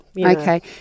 Okay